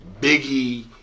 Biggie